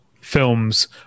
films